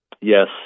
Yes